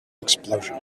explosion